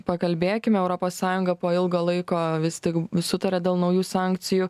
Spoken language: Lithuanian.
pakalbėkime europos sąjunga po ilgo laiko vis tik sutarė dėl naujų sankcijų